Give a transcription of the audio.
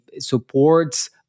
supports